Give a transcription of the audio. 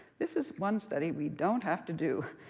this is one study we don't have to do.